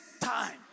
time